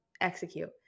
execute